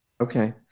Okay